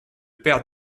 père